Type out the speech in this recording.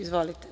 Izvolite.